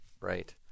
right